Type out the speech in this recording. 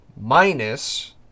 minus